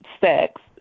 sex